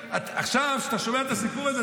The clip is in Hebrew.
עכשיו כשאתה שומע את הסיפור הזה,